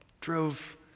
drove